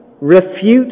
refute